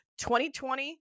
2020